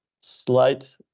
slight